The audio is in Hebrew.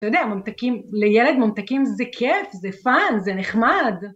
אתה יודע, לילד ממתקים זה כיף, זה פאן, זה נחמד.